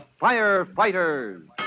Firefighters